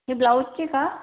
हे ब्लाऊजचे का